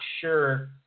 sure